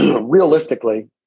realistically